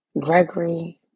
Gregory